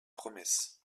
promesses